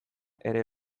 ere